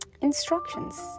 instructions